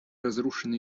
разрушена